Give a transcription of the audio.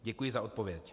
Děkuji za odpověď.